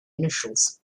initials